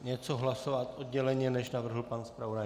Něco hlasovat odděleně, než navrhl pan zpravodaj?